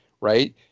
right